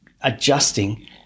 adjusting